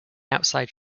outside